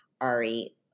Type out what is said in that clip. Ari